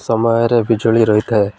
ସମୟରେ ବିଜୁଳି ରହିଥାଏ